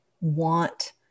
want